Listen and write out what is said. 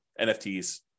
NFTs